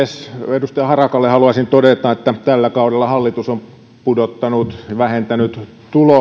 edustaja harakalle haluaisin todeta että tällä kaudella hallitus on vähentänyt